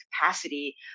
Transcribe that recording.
capacity